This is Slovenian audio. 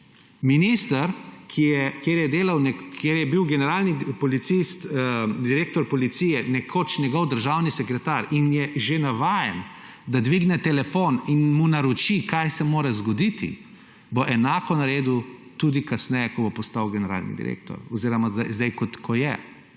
minister, pri katerem je bil generalni direktor Policije nekoč njegov državni sekretar in je že navajen, da dvigne telefon in mu naroči, kaj se mora zgoditi, bo enako naredil tudi kasneje, ko bo postal generalni direktor Policij oziroma zdaj, ko je.